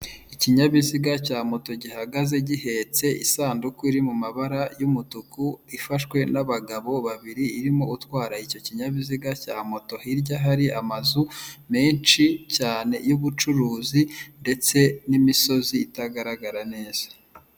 Ikinyabiziga cya moto gihagaze gihetse isanduku iri mu mabara y'umutuku ifashwe n'abagabo babiri, irimo utwara icyo kinyabiziga cya moto, hirya hari amazu menshi cyane y'ubucuruzi ndetse n'imisozi itagaragara neza.